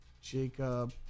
Jacob